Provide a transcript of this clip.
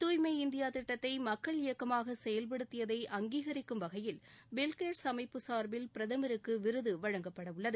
துய்மை இந்தியா திட்டத்தை மக்கள் இயக்கமாக செயல்படுத்தியதை அங்கீகரிக்கும் வகையில் பில்கேட்ஸ் அமைப்பு சா்பில் பிரதமருக்கு விருது வழங்கப்பட உள்ளது